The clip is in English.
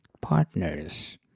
partners